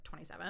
27